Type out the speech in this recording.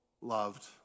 loved